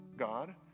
God